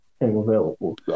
available